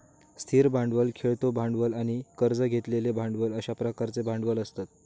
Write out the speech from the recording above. स्थिर भांडवल, खेळतो भांडवल आणि कर्ज घेतलेले भांडवल अश्या प्रकारचे भांडवल असतत